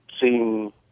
seeing